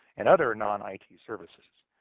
and other non-it services.